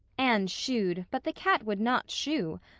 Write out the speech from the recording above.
anne shooed, but the cat would not shoo.